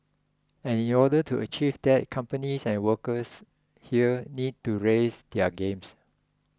and in order to achieve that companies and workers here need to raise their games